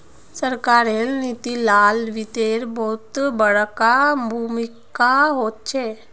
सरकारेर नीती लात वित्तेर बहुत बडका भूमीका होचे